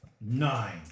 Nine